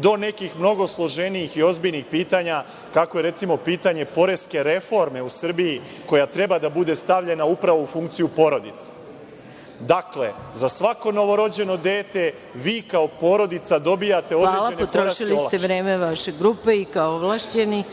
do nekih mnogo složenijih i ozbiljnih pitanja, kakvo je recimo pitanje poreske reforme u Srbiji, koja treba da bude stavljena upravo u funkciju porodice. Dakle, za svako novorođeno dete vi kao porodica dobijate određene poreske olakšice. **Maja Gojković** Hvala, potrošili ste vreme vaše grupe i kao ovlašćeni.